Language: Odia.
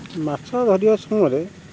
ମାଛ ଧରିବା ସମୟରେ